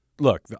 look